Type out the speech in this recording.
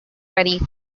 ready